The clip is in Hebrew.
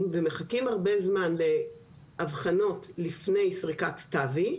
ומחכים הרבה זמן לאבחנות לפני סריקת TAVI,